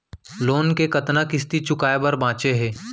Loan के कतना किस्ती चुकाए बर बांचे हे?